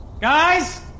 Guys